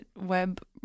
web